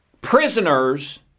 prisoners